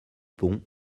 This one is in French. pont